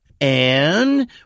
And